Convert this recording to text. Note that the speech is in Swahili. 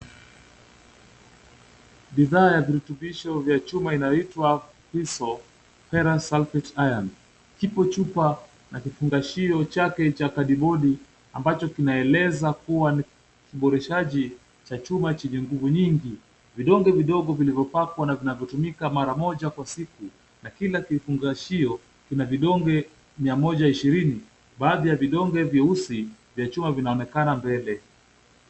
Bidhaa ya virutubisho vya chuma inayoitwa Hiso Ferous Sulphate Iron. Kipo chupa na kifungashio chake cha kadi bodi ambacho kinaeleza kuwa ni kuboreshaji cha chuma chijingumu nyingi vidogo vidogo vilivyopakwa na vinavyotumika mara moja kwa siku na kila kifungashio kina vidonge mia moja ishirini baadhi ya vidonge vya usi vya chuma vinaonekana mbele.